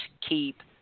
keep